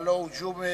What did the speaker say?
הלוא הוא ג'ומס.